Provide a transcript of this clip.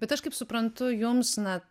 bet aš kaip suprantu jums na